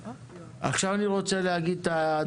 עכשיו אני רוצה להגיד את התגובה שלי.